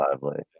Lively